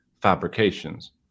fabrications